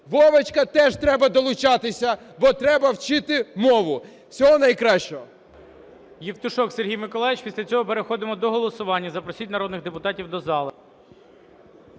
Вовочка, теж треба долучатися, бо треба вчити мову! Всього найкращого.